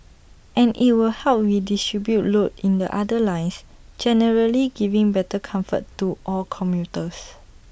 and IT will help redistribute load in the other lines generally giving better comfort to all commuters